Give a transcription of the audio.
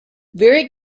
very